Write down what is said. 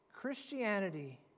Christianity